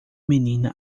menina